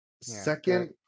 second